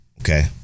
okay